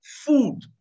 food